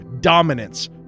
Dominance